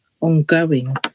ongoing